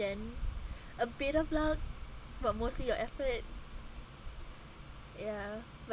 then a bit of luck but mostly your efforts ya